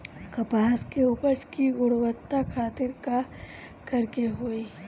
कपास के उपज की गुणवत्ता खातिर का करेके होई?